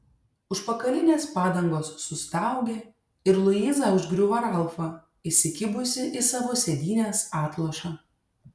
užpakalinės padangos sustaugė ir luiza užgriuvo ralfą įsikibusi į savo sėdynės atlošą